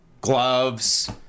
Gloves